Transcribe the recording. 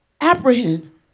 apprehend